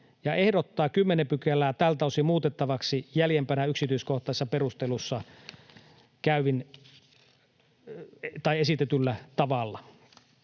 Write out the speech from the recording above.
ja ehdottaa 10 §:ää tältä osin muutettavaksi jäljempänä yksityiskohtaisissa perusteluissa esitetyllä tavalla.